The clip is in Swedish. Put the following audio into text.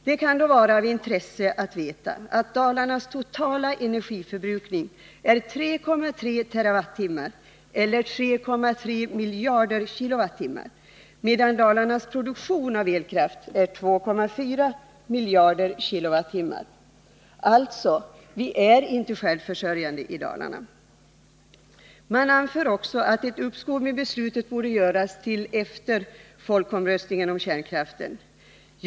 Det kan då vara av intresse att veta att Dalarnas totala energiförbrukning är 3,3 TWh eller 3,3 miljarder KWh, medan Dalarnas produktion av elkraft är 2,4 miljarder KWh. Vi är alltså inte självförsörjande i Dalarna. Det anförs också att ett uppskov med beslutet borde göras till efter folkomröstningen om kärnkraften.